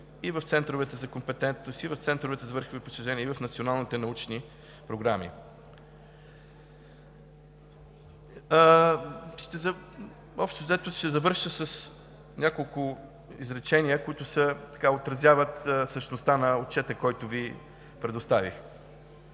и в центровете за компетентност, и в центровете за върхови постижения, и в националните научни програми. Общо взето ще завърша с няколко изречения, които отразяват същността на Отчета, който Ви предоставих.